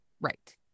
Right